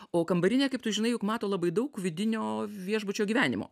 o kambarinė kaip tu žinai juk mato labai daug vidinio viešbučio gyvenimo